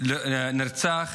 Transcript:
ניסה לרצוח